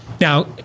Now